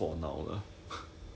ya lah true true true true